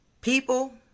People